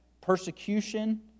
persecution